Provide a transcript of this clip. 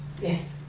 Yes